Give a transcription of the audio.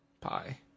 pie